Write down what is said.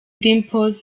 dimpoz